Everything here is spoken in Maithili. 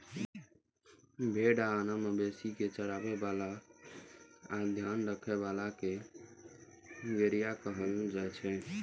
भेड़ आ आन मवेशी कें चराबै आ ध्यान राखै बला कें गड़ेरिया कहल जाइ छै